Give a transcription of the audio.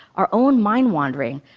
our own mind wandering,